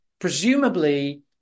presumably